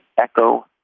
echo